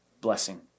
blessing